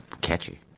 catchy